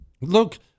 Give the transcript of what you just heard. Look